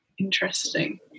Interesting